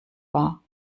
war